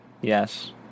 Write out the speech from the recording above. yes